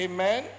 Amen